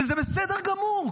וזה בסדר גמור,